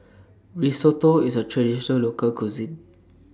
Risotto IS A Traditional Local Cuisine